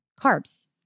carbs